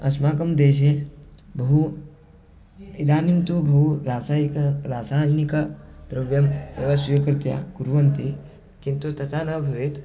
अस्माकं देशे बहु इदानीं तु बहु रासायनिकं रासायनिकद्रव्यम् एव स्वीकृत्य कुर्वन्ति किन्तु तथा न भवेत्